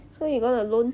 so you gonna loan